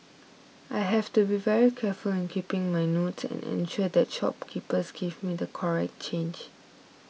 I have to be very careful in keeping my notes and ensure that shopkeepers give me the correct change